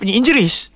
injuries